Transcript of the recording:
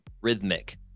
rhythmic